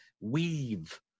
weave